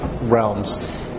realms